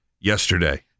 yesterday